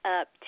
up